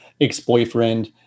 ex-boyfriend